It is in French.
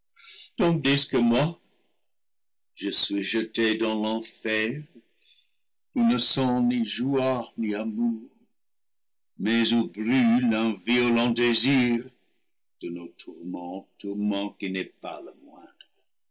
tandis que moi je suis jeté dans l'enfer où ne sont ni joie ni amour mais où brûle un violent désir de nos tource ments tourment qui n'est pas le moindre